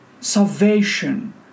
salvation